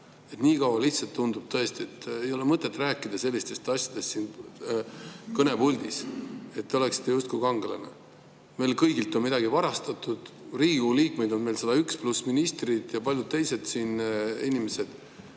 –, niikaua lihtsalt tundub tõesti, et ei ole mõtet rääkida sellistest asjadest siin kõnepuldis, et te oleksite justkui kangelane. Meilt kõigilt on midagi varastatud. Riigikogu liikmeid on 101, pluss ministrid ja paljud teised inimesed.